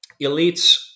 elites